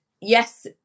yes